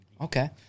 Okay